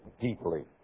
deeply